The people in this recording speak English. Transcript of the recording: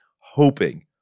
hoping